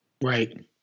Right